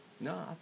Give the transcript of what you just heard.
No